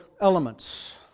elements